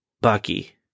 Bucky